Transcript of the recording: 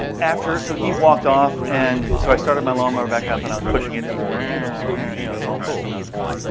after, so he walked off. and so i started my lawn mower back up and i was pushing it. it was it it you know was all messing up and stuff.